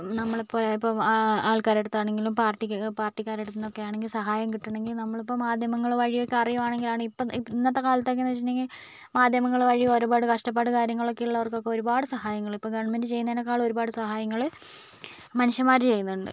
നമ്മൾ ഇപ്പോൾ ഇപ്പോൾ ആൾക്കാരുടെ അടുത്താണെങ്കിലും പാർട്ടിക്ക് പാർട്ടിക്കാരെ അടുത്തുനിന്നൊക്കെ ആണെങ്കിൽ സഹായം കിട്ടണമെങ്കിൽ നമ്മളിപ്പം മാധ്യമങ്ങൾ വഴി ഒക്കെ അറിയുവാണെങ്കിലാണ് ഇപ്പോൾ ഇന്നത്തെ കാലത്തൊക്കെ എന്ന് വെച്ചിട്ടുണ്ടെങ്കിൽ മാധ്യമങ്ങൾ വഴി ഒരുപാട് കഷ്ടപ്പാട് കാര്യങ്ങളൊക്കെ ഉള്ളവർക്കൊക്കെ ഒരുപാട് സഹായങ്ങൾ ഇപ്പോൾ ഗവൺമെന്റ് ചെയ്യുന്നതിനേക്കാളും ഒരുപാട് സഹായങ്ങൾ മനുഷ്യന്മാർ ചെയ്യുന്നുണ്ട്